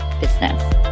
business